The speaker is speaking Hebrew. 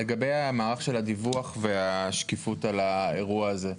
לגבי המערך של הדיווח והשקיפות על האירוע הזה.